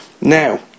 Now